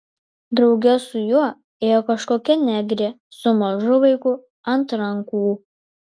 drauge su juo ėjo kažkokia negrė su mažu vaiku ant rankų